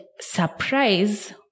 surprise